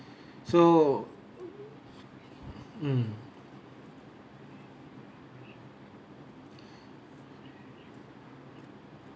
so mm